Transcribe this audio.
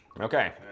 Okay